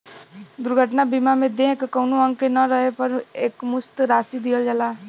दुर्घटना बीमा में देह क कउनो अंग के न रहे पर एकमुश्त राशि दिहल जाला